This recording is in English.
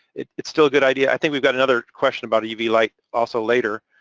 it's still a good idea. i think we've got another question about uv light also later,